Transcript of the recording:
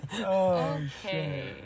Okay